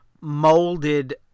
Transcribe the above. molded